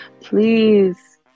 Please